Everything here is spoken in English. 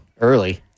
early